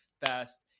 fast